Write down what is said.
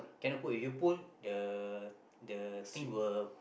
cannot pull if you pull the the thing will